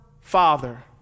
Father